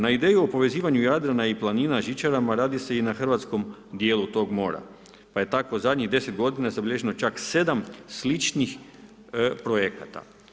Na ideju o povezivanju Jadrana i planina žičarama, radi se i na hrvatskom djelu tog mora pa je tako zadnjih 10 g. zabilježen čak 7 sličnih projekata.